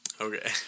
Okay